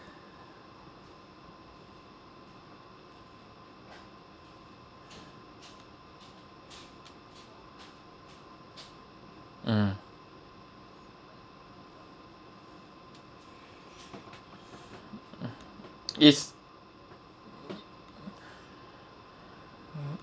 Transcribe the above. mm is mm